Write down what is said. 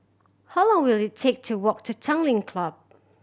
how long will it take to walk to Tanglin Club